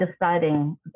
deciding